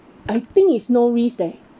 I think is no risk leh